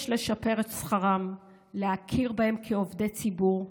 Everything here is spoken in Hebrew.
יש לשפר את שכרם, להכיר בהם כעובדי ציבור,